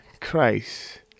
Christ